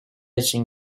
için